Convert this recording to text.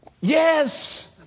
Yes